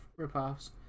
ripoffs